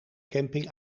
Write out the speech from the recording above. camping